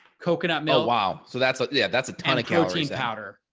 coconut milk. wow. so that's yeah, that's a ton of calories powder,